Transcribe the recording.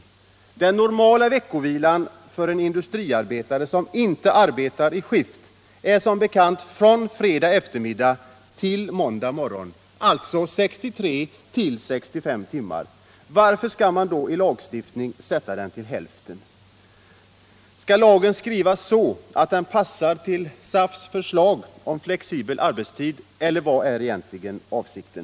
Den — Nr 28 normala veckovilan för en industriarbetare, som inte arbetar i skift, är Onsdagen den som bekant från fredag eftermiddag till måndag morgon, alltså 63-65 16 november 1977 timmar. Varför skall man då i lagstiftningen sätta den till hälften? Skall lagen skrivas så, att den passar till SAF:s förslag om flexibel arbetstid = Arbetsmiljölag, eller vad är egentligen avsikten?